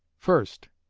first.